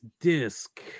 disc